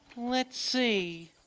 let's see,